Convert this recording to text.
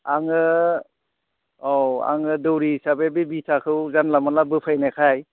आङो औ आङो दौरि हिसाबै बे बिथाखौ जानला मानला बोफायनायखाय